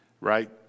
right